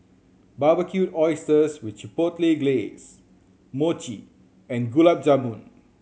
Barbecued Oysters with Chipotle Glaze Mochi and Gulab Jamun